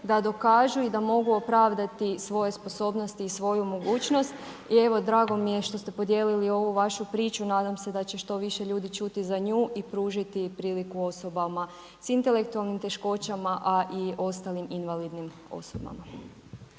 da dokažu i da mogu opravdati svoje sposobnosti i svoju mogućnost. I evo drago mi je što ste podijelili ovu vašu priču. Nadam se da će što više ljudi čuti za nju i pružiti priliku osobama sa intelektualnim teškoćama, a i ostalim invalidnim osobama.